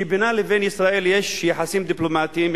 שבינה ובין ישראל יש יחסים דיפלומטיים,